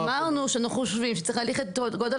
אמרנו שאנחנו חושבים שצריך להתאים את גודל